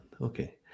okay